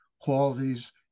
qualities